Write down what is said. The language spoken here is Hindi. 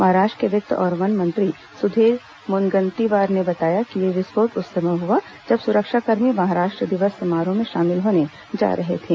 महाराष्ट्र के वित्त और वन मंत्री सुधीर मुनगन्तीवार ने बताया कि ये विस्फोट उस समय हुआ जब सुरक्षाकर्मी महाराष्ट्र दिवस समारोह में शामिल होने जा रहे थे